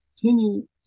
continue